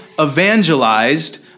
evangelized